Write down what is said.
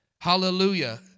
Hallelujah